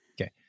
Okay